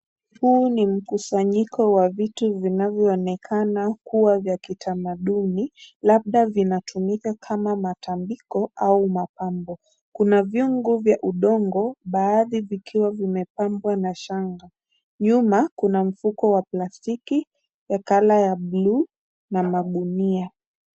Huu ni mkusanyiko wa vitu vinavyoonekana kuwa vya kitamaduni, labda vinatumika kama matambiko au mapambo. Kuna vyungu vya udongo, baadhi vikiwa vimepambwa na shanga. Nyuma kuna mfuko wa plastiki ya color ya buluu na magunia.